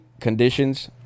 conditions